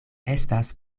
estas